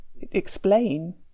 explain